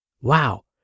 Wow